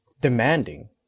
demanding